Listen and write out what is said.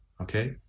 Okay